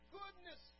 goodness